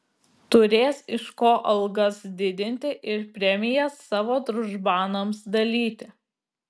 turės iš ko algas didinti ir premijas savo družbanams dalyti